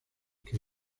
que